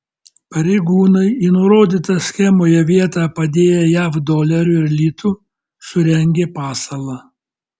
pareigūnai į nurodytą schemoje vietą padėję jav dolerių ir litų surengė pasalą